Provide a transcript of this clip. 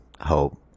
hope